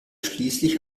schließlich